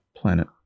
Planet